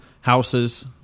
houses